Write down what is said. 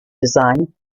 design